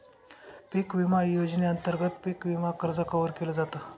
पिक विमा योजनेअंतर्गत पिक विमा कर्ज कव्हर केल जात